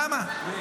למה?